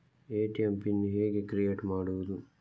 ATM pin ಹೇಗೆ create ಮಾಡುವುದು?